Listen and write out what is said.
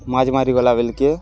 ମାଛ ମାରି ଗଲା ବେଲ୍କେ